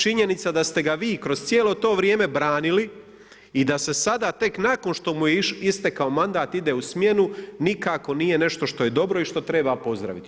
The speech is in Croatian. Činjenica da ste ga vi kroz cijelo to vrijeme branili i da se sada tek nakon što mu je istekao mandat ide u smjenu, nikako nije nešto što je dobro i što treba pozdraviti.